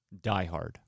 diehard